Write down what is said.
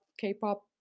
K-pop